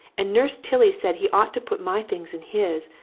and nurse tilly said he ought to put my things in his,